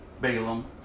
Balaam